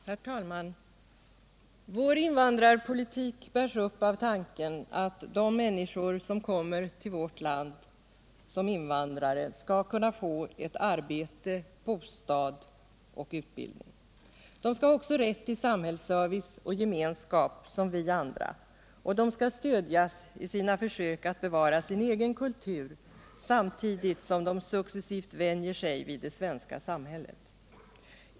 Herr talman! Vår invandrarpolitik bärs upp av tanken att de människor som kommer till vårt land som invandrare skall kunna få arbete, bostad och utbildning. De skall också ha rätt till samhällsservice och gemenskap som vi andra, och de skall stödjas i sina försök att bevara sin egen kultur, samtidigt som de successivt vänjer sig vid det svenska samhället.